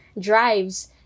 drives